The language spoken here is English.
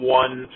one